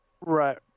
Right